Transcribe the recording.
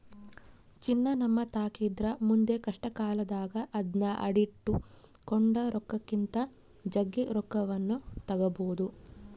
ಚಿನ್ನ ನಮ್ಮತಾಕಿದ್ರ ಮುಂದೆ ಕಷ್ಟಕಾಲದಾಗ ಅದ್ನ ಅಡಿಟ್ಟು ಕೊಂಡ ರೊಕ್ಕಕ್ಕಿಂತ ಜಗ್ಗಿ ರೊಕ್ಕವನ್ನು ತಗಬೊದು